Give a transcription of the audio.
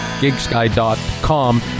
GigSky.com